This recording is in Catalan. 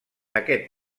aquest